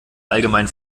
allgemein